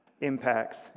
impacts